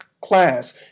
class